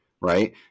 right